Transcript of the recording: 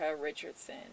Richardson